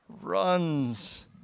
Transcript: runs